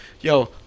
Yo